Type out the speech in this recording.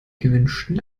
gewünschten